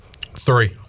Three